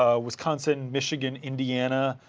ah wisconsin, michigan, indiana,